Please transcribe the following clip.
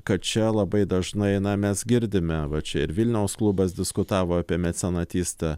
kad čia labai dažnai na mes girdime va čia ir vilniaus klubas diskutavo apie mecenatystę